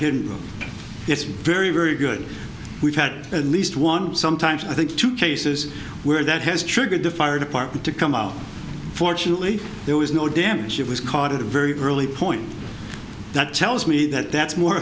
and it's very very good we've had at least one sometimes i think two cases where that has triggered the fire department to come out fortunately there was no damage it was caught at a very early point that tells me that that's more